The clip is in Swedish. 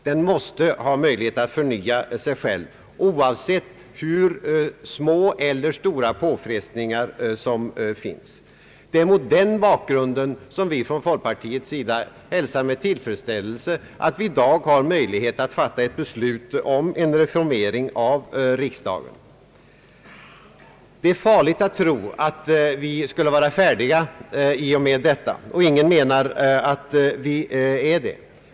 Den måste ha möjlighet att förnya sig själv, oavsett hur små eller stora påfrestningarna än är. Mot den bakgrunden hälsar vi från folkpartiets sida med tillfredsställelse att det i dag finns möjlighet att fatta be slut om en reformering av riksdagen. Det är farligt att tro att vi skulle vara färdiga i och med detta, och ingen menar att vi är det.